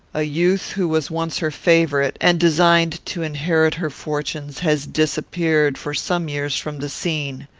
a youth who was once her favourite, and designed to inherit her fortunes, has disappeared, for some years, from the scene.